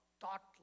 thought